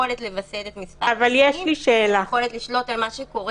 יכולת לווסת את מספר הקונים ויכולת לשלוט על מה שקורה